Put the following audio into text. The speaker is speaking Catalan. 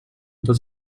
tots